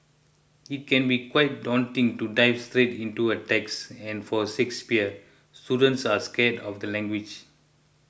it can be quite daunting to dive straight into a text and for Shakespeare students are scared of the language